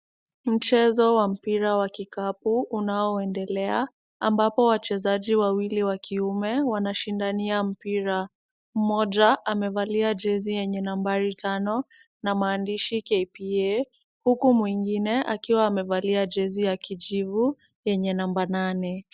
Mchezo wa mpira wa kikapu unaoendelea, ambapo wachezaji wawili wa kiume wanashindani mpira. Mmoja amevalia jezi yenye nambari tano na maandishi KPA, huku mwingine akiwa amevalia jezi ya kijivu yenye namba nane.